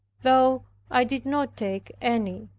though i did not take any.